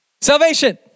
Salvation